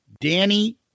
Danny